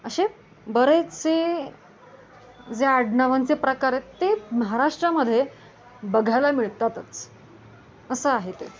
असे बरेचसे जे आडनावांचे प्रकार आहेत ते महाराष्ट्रामध्ये बघायला मिळतातच असं आहे ते